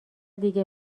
دیگه